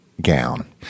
gown